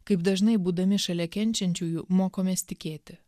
kaip dažnai būdami šalia kenčiančiųjų mokomės tikėti